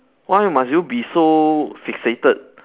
why must you be so fixated